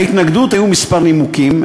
להתנגדות היו כמה נימוקים,